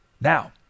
Now